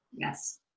Yes